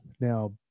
Now